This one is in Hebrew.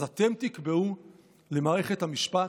אז אתם תקבעו למערכת המשפט,